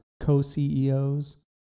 co-CEOs